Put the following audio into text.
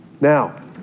Now